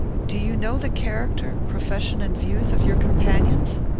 do you know the character, profession, and views of your companions?